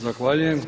Zahvaljujem.